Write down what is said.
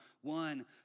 one